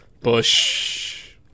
Bush